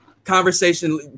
conversation